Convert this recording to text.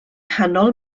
nghanol